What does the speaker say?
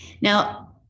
now